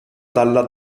dalla